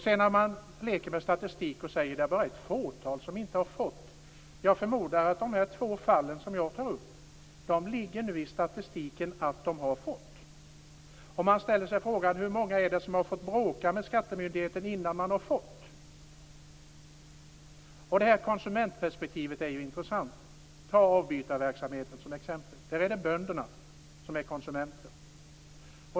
Sedan leker man med statistik och säger att det bara är ett fåtal som inte har fått F-skattsedel. Jag förmodar att statistiken visar att de två fall som jag tar upp har fått F-skattsedel. Man ställer sig frågan: Hur många är det som har fått bråka med skattemyndigheten innan de har fått? Konsumentperspektivet är ju intressant. Vi kan ta avbytarverksamheten som exempel. Där är det bönderna som är konsumenter.